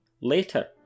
Later